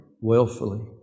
willfully